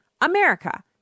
America